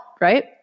right